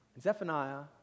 Zephaniah